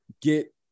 get